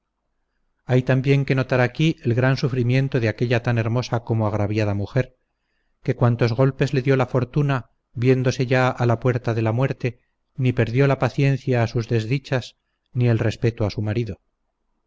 hay también que notar aquí el gran sufrimiento de aquella tan hermosa como agraviada mujer que cuantos golpes le dio la fortuna viendose ya a la puerta de la muerte ni perdió la paciencia a sus desdichas ni el respeto a su marido